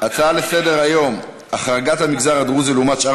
הצעה לסדר-היום: החרגת המגזר הדרוזי לעומת שאר